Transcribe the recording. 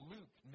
Luke